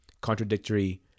contradictory